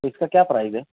اِس کا کیا پرائز ہے